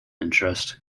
interest